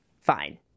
fine